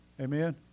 Amen